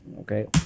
Okay